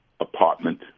apartment